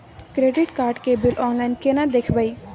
Credit card के bill online केना देखबय?